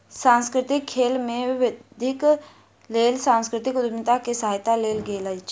सांस्कृतिक खेल में वृद्धिक लेल सांस्कृतिक उद्यमिता के सहायता लेल गेल अछि